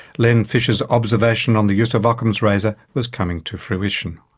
len fisher's observation on the use of ockham's razor was coming to fruition.